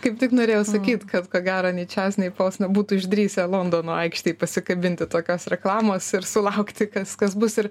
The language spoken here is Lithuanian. sapne kaip tik norėjau sakyti kad ko gero nė čes nei pols nebūtų išdrįsę londono aikštėj pasikabinti tokios reklamos ir sulaukti kas kas bus ir